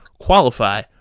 qualify